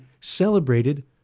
celebrated